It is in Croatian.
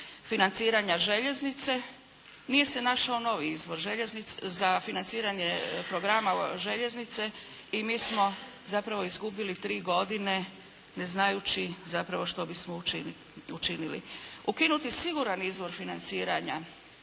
financiranja željeznice, nije se našao novi izvor željeznice, za financiranje programa željeznice. I mi smo zapravo izgubili tri godine, ne znajući zapravo što bismo učinili. Ukinuti je siguran izvor financiranja,